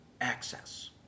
access